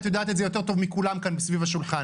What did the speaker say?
את יודעת את זה יותר טוב מכולם כאן סביב השולחן.